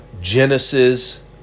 Genesis